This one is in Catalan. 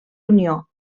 unió